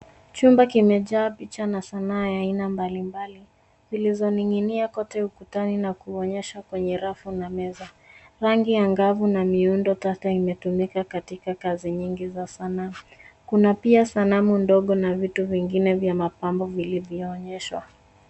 Chumba kimejaa picha na sanaa ya mbalimbali zilizoninginia kote ukutani na kuonyeshwa kwenye rafu na meza. Rangi angavu na miundo tata imetumika katika kazi nyingi za sanaa. Kuna pia sanamu ndogo na vitu vingine vya mapambo vilivyoonyeshwa.